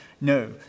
no